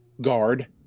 guard